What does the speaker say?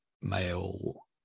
male